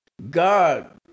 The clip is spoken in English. God